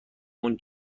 اون